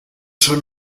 schon